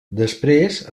després